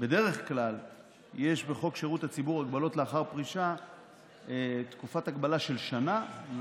בדרך כלל יש בחוק שירות הציבור הגבלות לאחר פרישה ותקופת הגבלה של שנה,